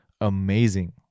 amazing